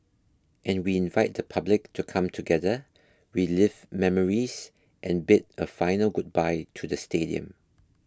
and we invite the public to come together relive memories and bid a final goodbye to the stadium